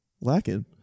lacking